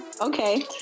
Okay